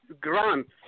grants